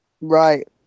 Right